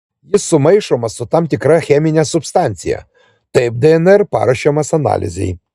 jis sumaišomas su tam tikra chemine substancija taip dnr paruošiamas analizei